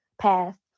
path